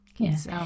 Yes